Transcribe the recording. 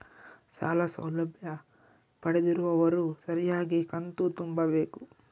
ಸಾಲ ಸೌಲಭ್ಯ ಪಡೆದಿರುವವರು ಸರಿಯಾಗಿ ಕಂತು ತುಂಬಬೇಕು?